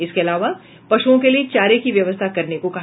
इसके अलावा पशुओं के लिये चारे की व्यवस्था करने को कहा